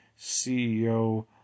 CEO